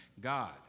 God